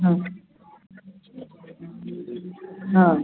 हां हां